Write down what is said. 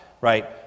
Right